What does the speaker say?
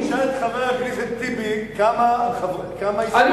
תשאל את חבר הכנסת אחמד טיבי כמה ישראלים ערבים,